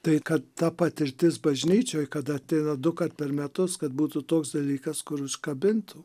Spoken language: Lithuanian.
tai kad ta patirtis bažnyčioj kada ateina dukart per metus kad būtų toks dalykas kur užkabintų